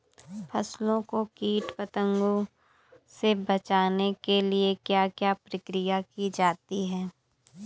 फसलों को कीट पतंगों से बचाने के लिए क्या क्या प्रकिर्या की जाती है?